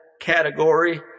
category